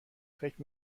فکر